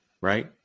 right